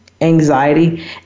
anxiety